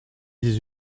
dix